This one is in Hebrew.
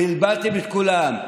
בלבלתם את כולם.